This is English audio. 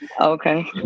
Okay